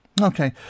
Okay